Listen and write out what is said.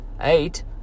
Eight